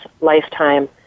lifetime